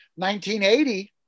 1980